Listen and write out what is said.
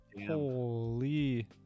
Holy